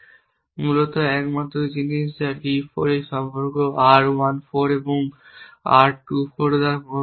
মূলত একমাত্র জিনিস যা d 4 এই সম্পর্ক R 1 4 বা R 2 4 দ্বারা প্রভাবিত হচ্ছে